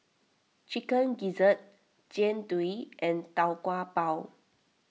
Chicken Gizzard Jian Dui and Tau Kwa Pau